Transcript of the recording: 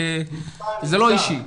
זה לא אישי.